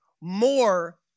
more